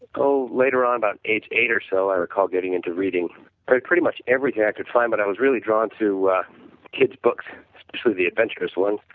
so later on about eight eight or so i recalled getting into reading pretty pretty much everything i could find, but i was really drawn to kid's books through the adventurous one.